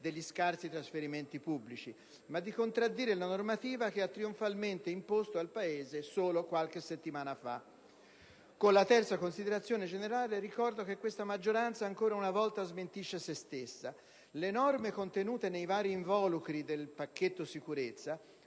degli scarsi trasferimenti pubblici, ma di contraddire la normativa che ha trionfalmente imposto al Paese solo qualche settimana fa. Con la terza considerazione generale ricordo che questa maggioranza ancora una volta smentisce se stessa. Le norme contenute nei vari involucri del pacchetto sicurezza